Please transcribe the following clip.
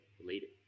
related